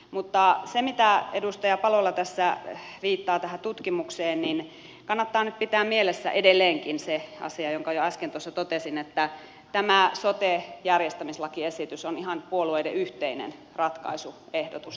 mutta kun edustaja palola tässä viittaa tähän tutkimukseen niin kannattaa nyt pitää mielessä edelleenkin se asia jonka jo äsken tuossa totesin että tämä sote järjestämislakiesitys on ihan puolueiden yhteinen ratkaisuehdotus tähän asiaan